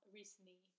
recently